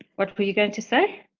what were you going to say?